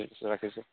ঠিক আছে ৰাখিছোঁ